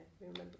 remember